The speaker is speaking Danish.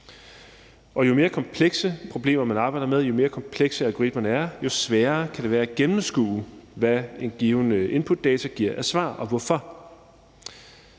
Jo mere komplekse problemer, man arbejder med, jo mere komplekse algoritmerne er, jo sværere kan det være at gennemskue, hvad et givet inputdata giver af svar og hvorfor.